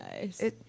nice